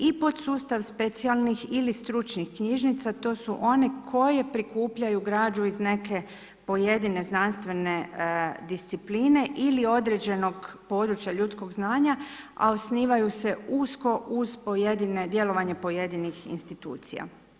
I podsustav specijalnih ili stručnih knjižnica, to su one koje prikupljaju građu iz neke pojedine znanstvene discipline ili određenog područja ljudskog znanja, a osnivaju se usko uz djelovanje pojedinih institucija.